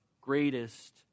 greatest